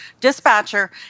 Dispatcher